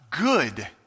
good